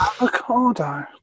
Avocado